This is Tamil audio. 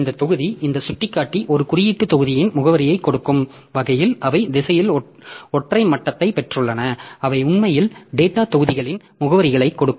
இந்த தொகுதி இந்த சுட்டிக்காட்டி ஒரு குறியீட்டு தொகுதியின் முகவரியைக் கொடுக்கும் வகையில் அவை திசையில் ஒற்றை மட்டத்தைப் பெற்றுள்ளன அவை உண்மையில் டேட்டாத் தொகுதிகளின் முகவரிகளைக் கொடுக்கும்